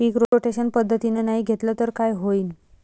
पीक rotation पद्धतीनं नाही घेतलं तर काय होईन?